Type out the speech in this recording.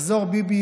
יחזור ביבי,